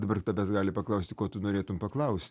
dabar tavęs gali paklausti ko tu norėtum paklaust